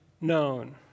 known